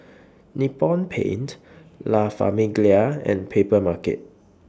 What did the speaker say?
Nippon Paint La Famiglia and Papermarket